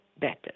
better